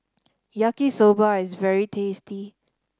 Yaki Soba is very tasty